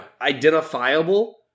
identifiable